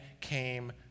came